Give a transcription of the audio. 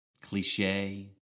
cliche